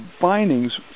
findings